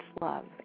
love